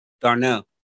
Darnell